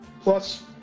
plus